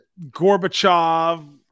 Gorbachev